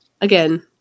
again